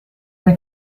bien